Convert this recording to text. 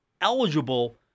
eligible